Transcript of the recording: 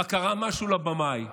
רק קרה משהו לבמאי.